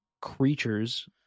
creatures